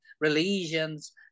religions